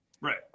right